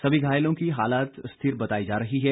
सभी घायलों की हालत स्थिर बताई जा रही है